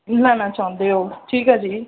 ਲੈਣਾ ਚਾਹੁੰਦੇ ਹੋ ਠੀਕ ਆ ਜੀ